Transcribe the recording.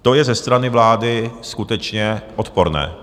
To je ze strany vlády skutečně odporné.